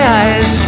eyes